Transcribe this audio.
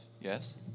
yes